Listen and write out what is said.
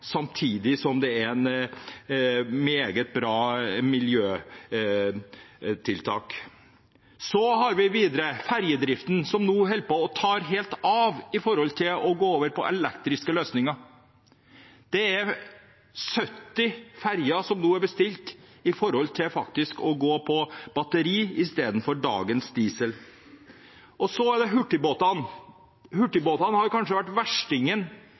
samtidig som det er et meget bra miljøtiltak. Videre har vi ferjedriften, som nå holder på å ta helt av når det gjelder det å gå over på elektriske løsninger. Det er 70 ferjer som nå er bestilt, og som vil gå på batteri istedenfor på dagens diesel. Så er det hurtigbåtene. Hurtigbåtene har kanskje vært verstingen